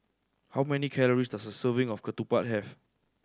how many calories does a serving of ketupat have